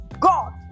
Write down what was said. God